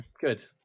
Good